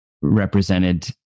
represented